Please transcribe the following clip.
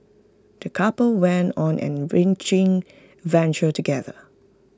the couple went on an enriching adventure together